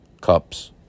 cups